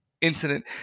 incident